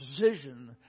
precision